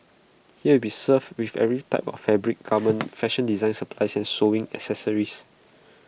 here be served with every type of fabric garment fashion design supplies and sewing accessories